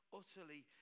utterly